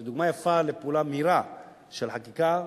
זו דוגמה יפה לפעולה מהירה של חקיקה,